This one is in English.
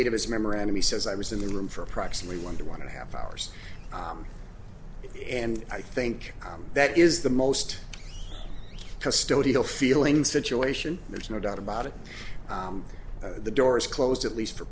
eight of his memorandum he says i was in the room for approximately one to one and a half hours and i think that is the most custodial feeling situation there's no doubt about it the door is closed at least for